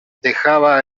dejaba